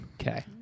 Okay